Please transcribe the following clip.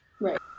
right